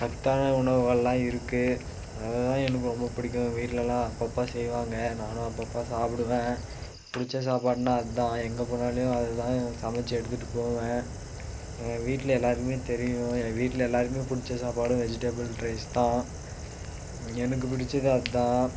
சத்தான உணவுகளெலாம் இருக்குது அதுதான் எனக்கு ரொம்ப பிடிக்கும் வீட்லெலாம் அப்பப்போ செய்வாங்க நானும் அப்பப்போ சாப்பிடுவேன் பிடிச்ச சாப்பாடுன்னால் அதுதான் எங்கே போனாலும் அதை தான் சமைச்சு எடுத்துகிட்டு போவேன் எங்கள் வீட்டில் எல்லாேருக்குமே தெரியும் ஏ வீட்டில் எல்லாேருக்குமே பிடிச்ச சாப்பாடும் வெஜிடபிள் ரைஸ் தான் எனக்கு பிடிச்சது அதுதான்